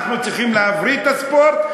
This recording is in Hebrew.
אנחנו צריכים להבריא את הספורט,